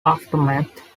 aftermath